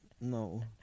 No